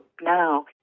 now